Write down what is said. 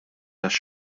tax